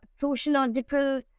sociological